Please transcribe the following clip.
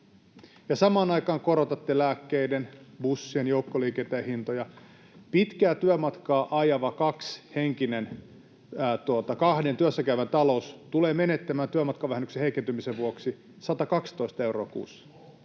samaan aikaan korotatte lääkkeiden, bussien, joukkoliikenteen hintoja. Pitkää työmatkaa ajava kaksihenkinen, kahden työssä käyvän talous tulee menettämään työmatkavähennyksen heikentymisen vuoksi 112 euroa kuussa